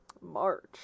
march